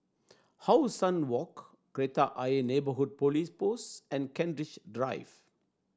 How Sun Walk Kreta Ayer Neighbourhood Police Post and Kent Ridge Drive